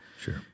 Sure